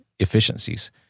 efficiencies